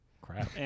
Crap